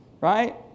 Right